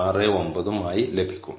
69 ഉം ആയി ലഭിക്കും